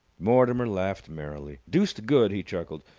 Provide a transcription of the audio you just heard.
mortimer laughed merrily. deuced good! he chuckled.